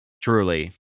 truly